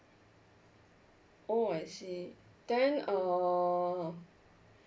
oh I see then uh uh